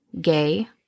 gay